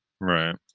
Right